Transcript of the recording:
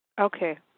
Okay